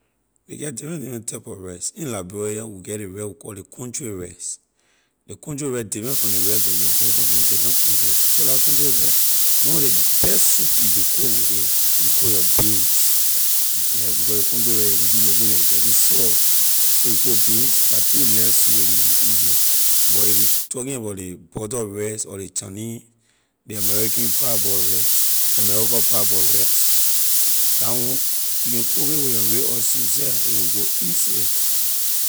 Ley get different different type of rice in liberia here we get ley rice we call ley country rice ley country rice different from ley rice la we can bring from in different country so la country rice one lor ley best soup you can cook with a you cook your beans yeah because ley country rice a can be looking like a getting soft so you cook beans la two leh soup a can be easy but if you talking about ley butter rice or ley chinese ley american parboil rice america parboil rice la one you can cook it with your ray oil soup seh a will go easy.